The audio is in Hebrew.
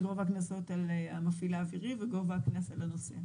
גובה הקנסות על המפעיל האווירי וגובה הקנס על הנוסעים.